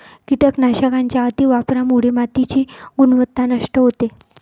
कीटकनाशकांच्या अतिवापरामुळे मातीची गुणवत्ता नष्ट होते